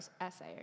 essay